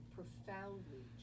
profoundly